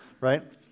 Right